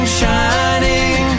shining